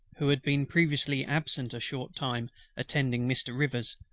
who had been previously absent a short time attending mr. rivers,